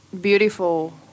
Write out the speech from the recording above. beautiful